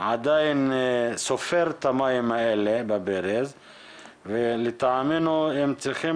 עדיין סופר את המים האלה בברז ולטעמנו הם צריכים